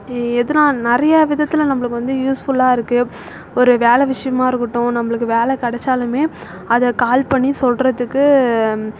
எதனால நிறையா விதத்தில் நம்பளுக்கு வந்து யூஸ்ஃபுல்லாக இருக்குது ஒரு வேலை விஷயமாக இருக்கட்டும் நம்பளுக்கு வேலை கெடைச்சாலுமே அதை கால் பண்ணி சொல்றதுக்கு